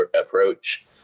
approach